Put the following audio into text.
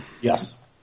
Yes